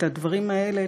את הדברים האלה,